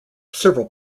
several